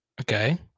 Okay